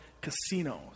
casinos